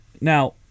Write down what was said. now